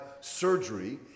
surgery